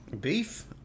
Beef